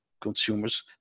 consumers